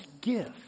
gift